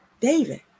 David